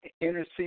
intercede